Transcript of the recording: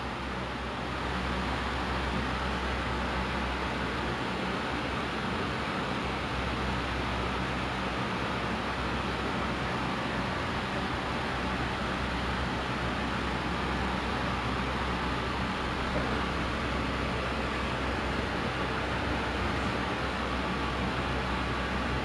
boleh ah sia like it's essential oil then it goes to your nose like uh it's like Vicks but candle Vicks but make it candle ya then after that I try to stretch then I make my bed